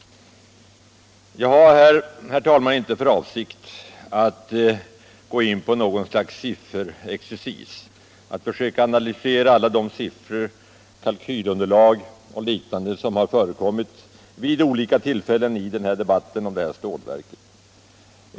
Jag har här, herr talman, inte för avsikt att gå in på något slags sifferexercis, att försöka analyser alla de siffror, kalkylunderlag och liknande som har förekommit vid olika tillfällen i debatten om det här stålverket.